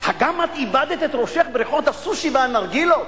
הגם את איבדת את ראשך בריחות הסושי והנרגילות?